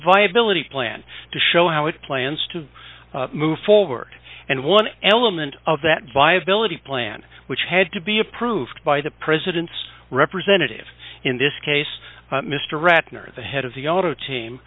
viability plan to show how it plans to move forward and one element of that viability plan which had to be approved by the president's representative in this case mr ratner the head of the auto team